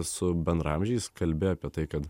su bendraamžiais kalbi apie tai kad